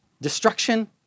destruction